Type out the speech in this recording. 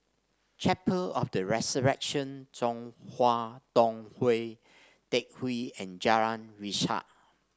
Chapel of The Resurrection Chong Hua Tong Teck Hwee and Jalan Resak